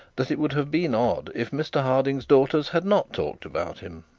that it would have been odd if mr harding's daughters had not talked about him.